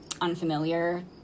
unfamiliar